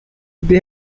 they